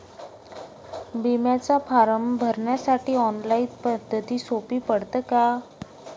बिम्याचा फारम भरासाठी ऑनलाईन पद्धत सोपी पडन का?